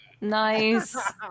Nice